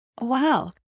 Wow